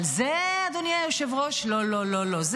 אבל זה, אדוני היושב-ראש, לא לא לא לא.